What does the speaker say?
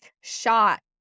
shot